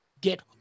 get